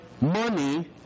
money